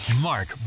Mark